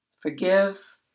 forgive